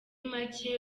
make